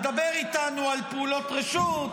מדבר איתנו על פעולות רשות,